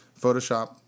Photoshop